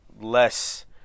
less